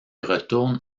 retourne